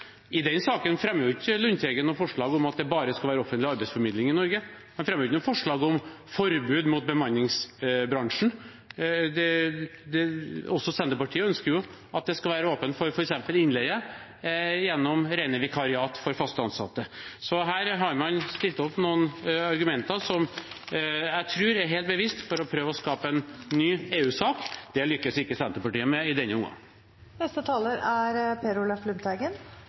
I den saken fremmer ikke Lundteigen noe forslag om at det bare skal være offentlig arbeidsformidling i Norge. Han fremmer ikke noe forslag om forbud mot bemanningsbransjen. Også Senterpartiet ønsker jo at det skal være åpent for f.eks. innleie gjennom rene vikariater for fast ansatte. Så her tror jeg man har stilt opp noen argumenter helt bevisst for å prøve å skape en ny EU-sak. Det lykkes ikke Senterpartiet med i denne omgangen. Saken vi behandler, er